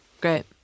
great